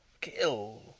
kill